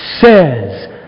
says